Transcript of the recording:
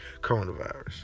coronavirus